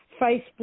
Facebook